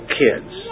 kids